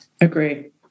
agree